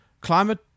Climate